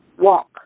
Walk